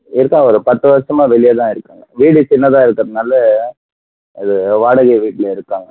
இருக்காங்க ஒரு பத்து வருஷமாக வெளியே தான் இருக்காங்க வீடு சின்னதாக இருக்கிறதுனாலே அது வாடகை வீட்டிலே இருக்காங்க